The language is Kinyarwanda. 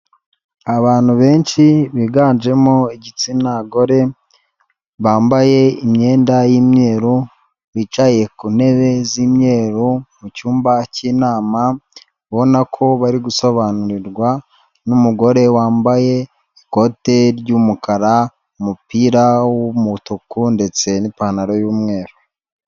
Abantu benshi biganjemo igitsina gore bambaye imyenda y'imyeru, bicaye ku ntebe z'imyeru mu cyumba cy'inama, ubona ko bari gusobanurirwa n'umugore wambaye ikote ry'umukara, umupira w'umutuku ndetse n'ipantaro y'umweru.